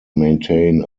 maintain